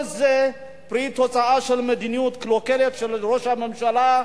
כל זה פרי של מדיניות קלוקלת של ראש הממשלה,